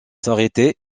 s’arrêter